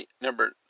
number